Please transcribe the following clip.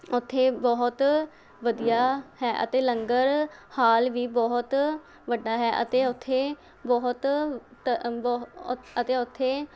ਉੱਥੇ ਬਹੁਤ ਵਧੀਆ ਹੈ ਅਤੇ ਲੰਗਰ ਹਾਲ ਵੀ ਬਹੁਤ ਵੱਡਾ ਹੈ ਅਤੇ ਉੱਥੇ ਬਹੁਤ ਅਤੇ ਉੱਥੇ